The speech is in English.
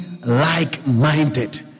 like-minded